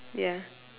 ya